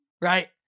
right